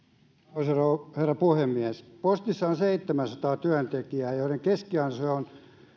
arvoisa herra puhemies postissa on seitsemänsataa työntekijää joiden keskiansio on